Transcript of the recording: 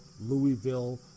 Louisville